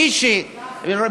מי שיש לו כסף לחבילה, ירוויחו.